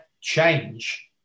change